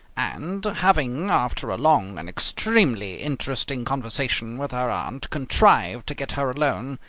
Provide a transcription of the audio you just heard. and having, after a long and extremely interesting conversation with her aunt, contrived to get her alone,